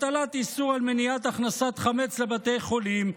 הטלת איסור על מניעת הכנסת חמץ לבתי החולים,